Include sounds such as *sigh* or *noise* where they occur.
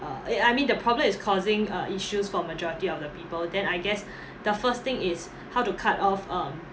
uh ye~ I mean the problem is causing uh issues for majority of the people then I guess *breath* the first thing is how to cut off um